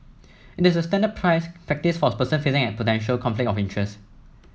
it is the standard practice for a person facing a potential conflict of interest